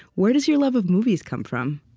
where does your love of movies come from?